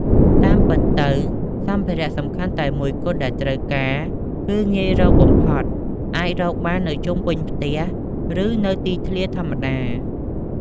តាមពិតទៅ សម្ភារៈសំខាន់តែមួយគត់ដែលត្រូវការ គឺងាយរកបំផុត អាចរកបាននៅជុំវិញផ្ទះ ឬនៅទីធ្លាធម្មតា។